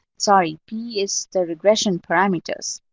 sorry, p is the regression parameters.